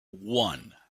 one